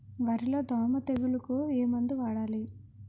వరిలో దోమ తెగులుకు ఏమందు వాడాలి?